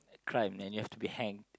like crime and you have to be hanged